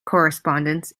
correspondence